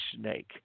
snake